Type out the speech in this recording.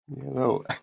Hello